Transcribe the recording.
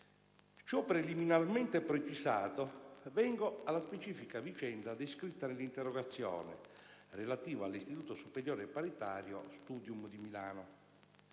Ciò preliminarmente precisato, vengo alla specifica vicenda descritta nell'interrogazione, relativa all'Istituto superiore paritario «Studium» di Milano.